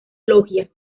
logia